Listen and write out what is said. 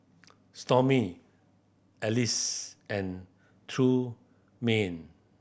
Stormy Alease and Trumaine